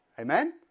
Amen